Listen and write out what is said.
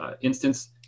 instance